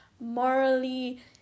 morally